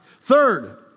Third